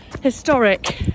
historic